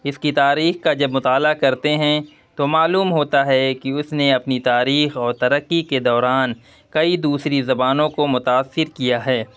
اس کی تاریخ کا جب مطالعہ کرتے ہیں تو معلوم ہوتا ہے کہ اس نے اپنی تاریخ اور ترقی کے دوران کئی دوسری زبانوں کو متاثر کیا ہے